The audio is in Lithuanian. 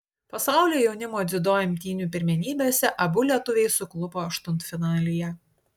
pasaulio jaunimo dziudo imtynių pirmenybėse abu lietuviai suklupo aštuntfinalyje